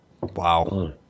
wow